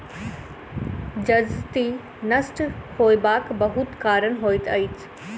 जजति नष्ट होयबाक बहुत कारण होइत अछि